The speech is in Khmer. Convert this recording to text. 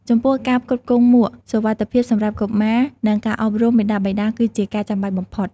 ចំពោះការផ្គត់ផ្គង់មួកសុវត្ថិភាពសម្រាប់កុមារ និងការអប់រំមាតាបិតា គឺជាការចាំបាច់បំផុត។